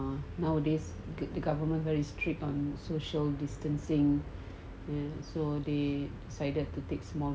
nowadays the government very strict on social distancing so they decided to take small